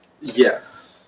Yes